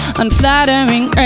unflattering